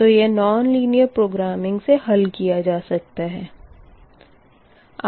तो यह non linear programming से हल किया जा सकता है